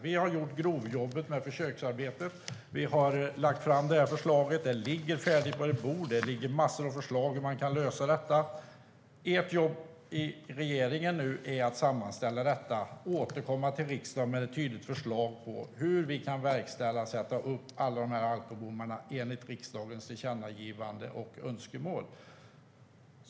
Vi har gjort grovjobbet med försöksarbetet, och vi har lagt fram förslaget. Det ligger färdigt på ert bord; där ligger en massa förslag på hur man kan lösa detta. Ert jobb i regeringen är nu att sammanställa detta och återkomma till riksdagen med ett tydligt förslag på hur vi kan verkställa det och sätta upp alla alkobommar enligt riksdagens tillkännagivande och önskemål.